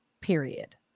period